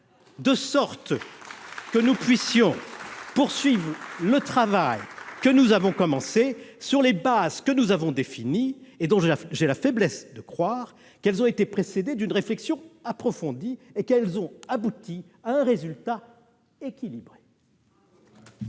de le retirer. Nous pourrons ainsi poursuivre le travail que nous avons commencé sur les bases que nous avons définies, des bases dont j'ai la faiblesse de croire qu'elles ont été précédées d'une réflexion approfondie et qu'elles ont abouti à un résultat équilibré.